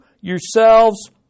yourselves